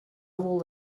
вӑл